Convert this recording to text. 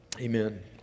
amen